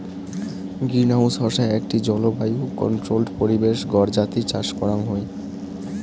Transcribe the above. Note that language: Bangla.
গ্রিনহাউস হসে আকটি জলবায়ু কন্ট্রোল্ড পরিবেশ ঘর যাতি চাষ করাং হই